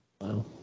Wow